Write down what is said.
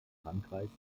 frankreichs